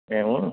మేము